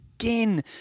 Again